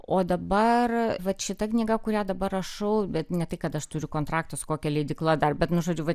o dabar vat šita knyga kurią dabar rašau bet ne tai kad aš turiu kontraktą su kokia leidykla dar bet nu žodžiu vat